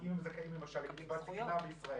אם הם זכאים למשל לקצבת זקנה בישראל,